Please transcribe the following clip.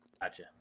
Gotcha